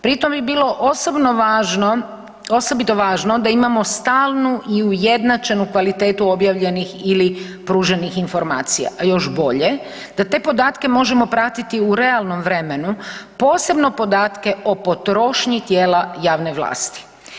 Pri tome bi bilo osobito važno da imamo stalnu i ujednačenu kvalitetu objavljenih ili pruženih informacija, a još bolje da te podatke možemo pratiti u realnom vremenu, posebno podatke o potrošnji tijela javne vlasti.